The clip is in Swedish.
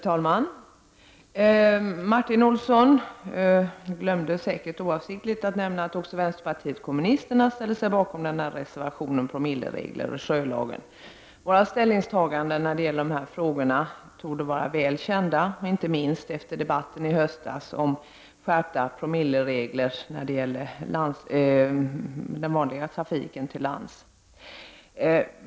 Fru talman! Martin Olsson glömde säkert oavsiktligt att nämna att även vänsterpartiet kommunisterna ställer sig bakom reservationen om promilleregler i sjölagen. Våra ställningstaganden när det gäller dessa frågor torde vara väl kända, inte minst efter debatten i höstas om skärpta promilleregler när det gäller den vanliga trafiken på land.